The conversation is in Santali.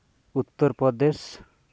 ᱩᱛᱛᱚᱨ ᱯᱨᱚᱫᱮᱥ